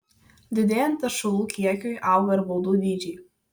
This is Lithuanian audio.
didėjant teršalų kiekiui auga ir baudų dydžiai